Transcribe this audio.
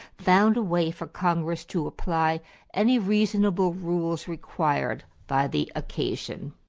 found a way for congress to apply any reasonable rules required by the occasion.